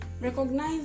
recognize